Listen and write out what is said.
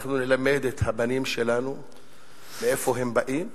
אנחנו נלמד את הבנים שלנו מאיפה הם באים,